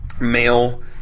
male